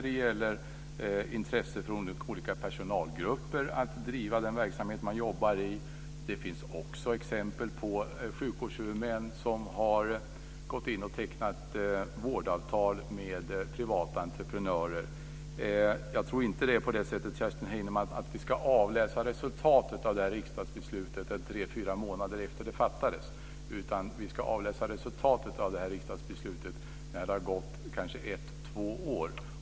Det gäller intresse för olika personalgrupper att driva den verksamhet som de jobbar i. Det finns också exempel på sjukvårdshuvudmän som har gått in och tecknat vårdavtal med privata entreprenörer. Jag tror inte, Kerstin Heinemann, att vi ska avläsa resultatet av det här riksdagsbeslutet tre, fyra månader efter det fattades, utan vi ska avläsa resultatet av det här riksdagsbeslutet när det har gått kanske ett eller två år.